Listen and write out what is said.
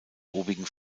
obigen